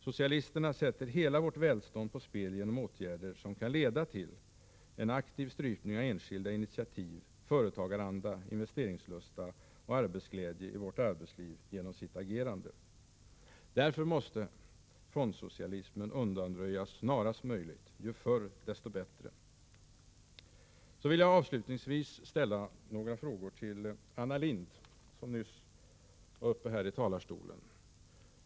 Socialisterna sätter hela vårt välstånd på spel genom åtgärder som kan leda till en aktiv strypning av enskilda initiativ, företagaranda, investeringslusta och arbetsglädje i vårt arbetsliv. Fondsocialismen måste därför undanröjas snarast möjligt — ju förr desto bättre. Till slut vill jag ställa några frågor till Anna Lindh, som nyss var uppe här i talarstolen.